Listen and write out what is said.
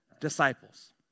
disciples